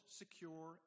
secure